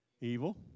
Evil